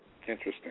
Interesting